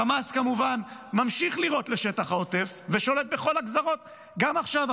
חמאס כמובן ממשיך לירות לשטח העוטף ושולט בכל הגזרות גם עכשיו,